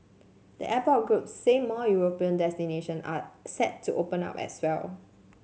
the airport of group said more European destination are set to open up as well